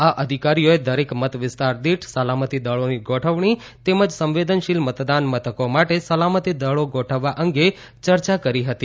આ અધિકારીઓએ દરેક મતવિસ્તાર દીઠ સલામતીદળોની ગોઠવણી તેમજ સંવેદનશીલ મતદાનમથકો માટે સલામતી દળી ગોઠવવા અંગે ચર્ચા કરી હતી